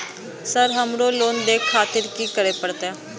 Sir हमरो loan देखें खातिर की करें परतें?